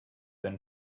been